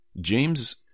James